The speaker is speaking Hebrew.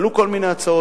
עלו כל מיני הצעות.